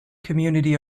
community